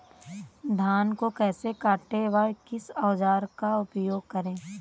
धान को कैसे काटे व किस औजार का उपयोग करें?